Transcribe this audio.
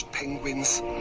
Penguins